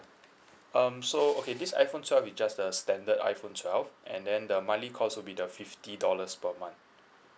um so okay this iPhone twelve is just a standard iPhone twelve and then the monthly cost will be the fifty dollars per month